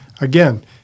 Again